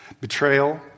Betrayal